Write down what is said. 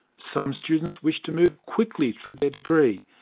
some students wish to move quickly through their degree,